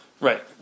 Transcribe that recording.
Right